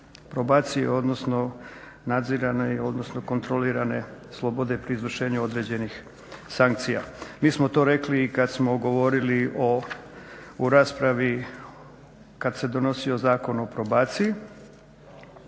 probacije odnosno nadzirane odnosno kontrolirane slobode pri izvršenju određenih sankcija. Mi smo to rekli i kad smo govorili u raspravi kad se donosio Zakon o probaciji.